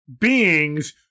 beings